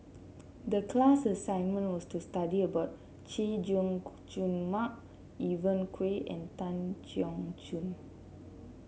the class assignment was to study about Chay Jung Jun Mark Evon Kow and Tan Keong Choon